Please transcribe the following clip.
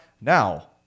Now